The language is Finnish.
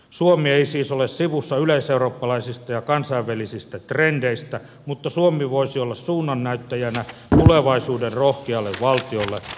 suomi ei siis ole sivussa yleiseurooppalaisista ja kansainvälisistä trendeistä mutta suomi voisi olla suunnannäyttäjänä tulevaisuuden rohkealle valtiolle